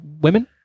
women